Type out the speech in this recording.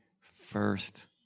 first